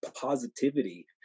positivity